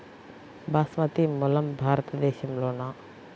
బాస్మతి మూలం భారతదేశంలోనా?